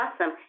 Awesome